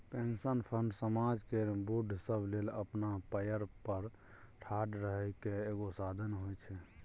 pension fund समाज केर बूढ़ सब लेल अपना पएर पर ठाढ़ रहइ केर एगो साधन होइ छै